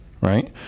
Right